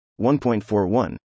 1.41